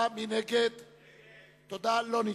שסעיף 151 עבר כהצעת הוועדה.